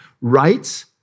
Rights